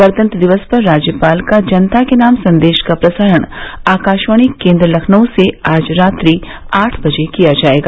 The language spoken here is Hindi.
गणतंत्र दिवस पर राज्यपाल का जनता के नाम संदेश का प्रसारण आकाशवाणी केन्द्र लखनऊ से आज रात्रि आठ बजे किया जायेगा